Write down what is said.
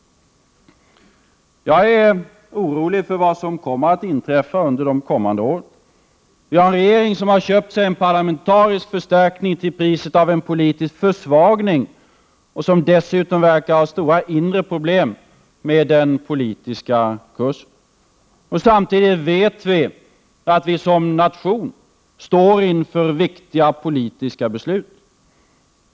Jag är orolig för vad som kommer att hända under de kommande åren. Vi har en regering, som nu köpt sig en parlamentarisk förstärkning till priset av en politisk försvagning och som dessutom verkar ha stora inre problem med den politiska kursen. Samtidigt vet vi, att vi som nation står inför viktiga politiska beslut.